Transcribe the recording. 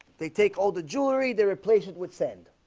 they take all the jewelry they replace it with sand